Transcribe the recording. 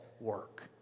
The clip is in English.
work